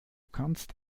kannst